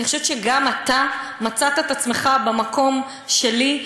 אני חושבת שגם אתה מצאת את עצמך במקום שלי,